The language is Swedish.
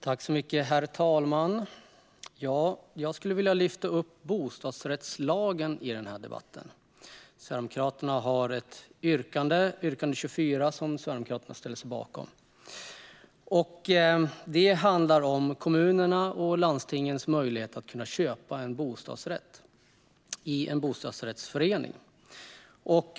Herr talman! Jag skulle i den här debatten vilja lyfta fram bostadsrättslagen, som Sverigedemokraternas reservation nr 24 avser. Det handlar om kommunernas och landstingens möjlighet att köpa en bostadsrätt i en bostadsrättsförening.